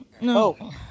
No